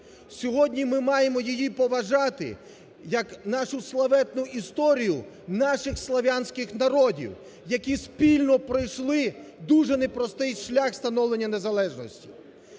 Сьогодні ми маємо її поважати як нашу славетну історію наших слов'янських народів, які спільно пройшли дуже непростий шлях становлення незалежності.